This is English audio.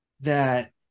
that-